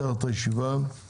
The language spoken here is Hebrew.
אני פותח את ישיבת ועדת הכלכלה.